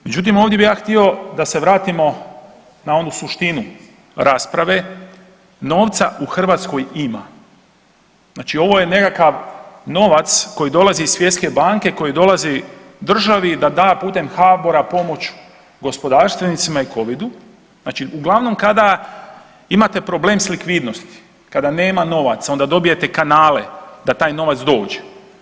Međutim ovdje bi ja htio da se vratimo na onu suštinu rasprave, novca u Hrvatskoj ima, znači ovo je nekakav novac koji dolazi iz svjetske banke, koji dolazi državi da da putem HBOR-a pomoć gospodarstvenicima i covidu, znači uglavnom kada imate problem s likvidnosti, kada nema novaca onda dobijete kanale da taj novac dođe.